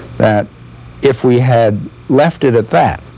that if we had left it at that,